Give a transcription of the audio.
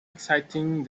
exciting